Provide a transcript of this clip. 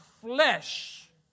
flesh